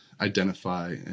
identify